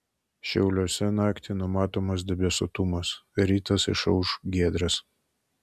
šiauliuose naktį numatomas debesuotumas rytas išauš giedras